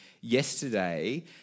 yesterday